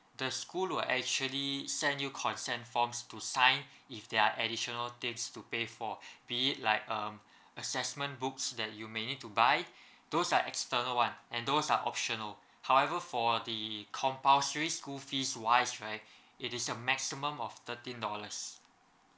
the school will actually send you consent forms to sign if there are additional things to pay for be it like um assessment books that you may need to buy those are external one and those are optional however for the compulsory school fees wise right it is a maximum of thirteen dollars